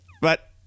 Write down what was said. But-